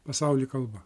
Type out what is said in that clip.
pasauly kalba